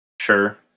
Sure